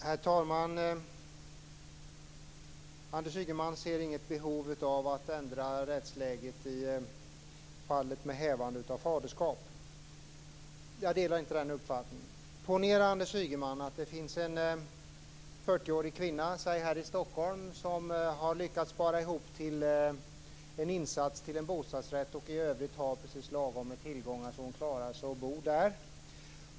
Herr talman! Anders Ygeman ser inget behov av att ändra rättsläget när det gäller hävande av faderskap. Jag delar inte den uppfattningen. Ponera, Anders Ygeman, att det finns en 40-årig kvinna, låt säga här i Stockholm, som har lyckats spara ihop till en insats till en bostadsrätt och i övrigt har precis så mycket tillgångar att hon klarar av att bo i den.